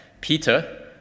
Peter